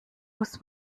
muss